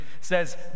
says